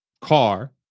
car